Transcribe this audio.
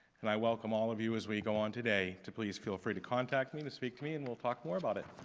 and i welcome all of you as we go on today to please feel free to contact me to speak to me and we'll talk more about it.